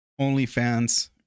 OnlyFans